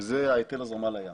וזה היטל ההזרמה לים.